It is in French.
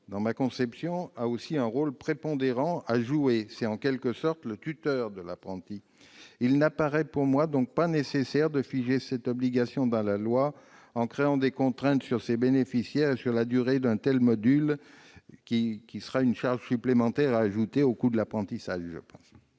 d'apprentissage a aussi un rôle prépondérant à jouer : il est en quelque sorte le tuteur de l'apprenti. Il n'apparaît donc pas nécessaire de figer cette obligation dans la loi en créant des contraintes sur les bénéficiaires et sur la durée d'un tel module. Une telle obligation serait une charge supplémentaire à ajouter au coût de l'apprentissage. Quel est